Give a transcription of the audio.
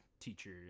teacher